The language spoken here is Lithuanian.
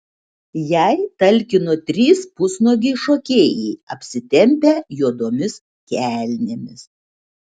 jai talkino trys pusnuogiai šokėjai apsitempę juodomis kelnėmis